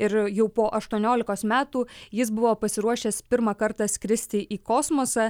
ir jau po aštuoniolikos metų jis buvo pasiruošęs pirmą kartą skristi į kosmosą